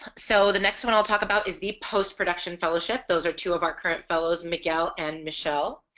so the next one i'll talk about is the post-production fellowship those are two of our current fellows miguel and michelle.